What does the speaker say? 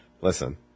Listen